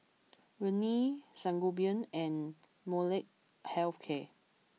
Rene Sangobion and Molnylcke health care